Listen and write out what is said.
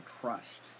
trust